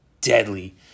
deadly